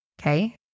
okay